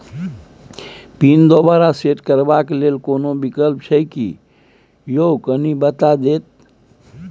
Pin दोबारा set करबा के लेल कोनो विकल्प छै की यो कनी बता देत?